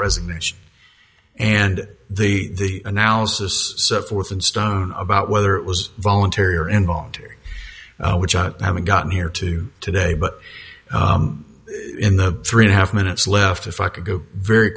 resignation and the analysis so forth and stone about whether it was voluntary or involuntary which i haven't gotten here to today but in the three and a half minutes left if i could go very